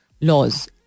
laws